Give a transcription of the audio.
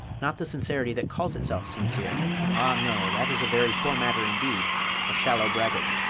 not the sincerity that calls itself sincere ah no, that is a very poor matter indeed a shallow braggart,